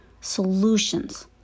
solutions